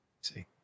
See